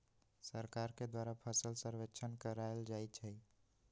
सरकार के द्वारा फसल सर्वेक्षण करायल जाइ छइ